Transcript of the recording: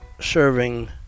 serving